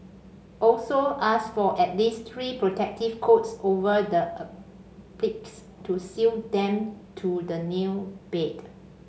also ask for at least three protective coats over the appliques to seal them to the nail bed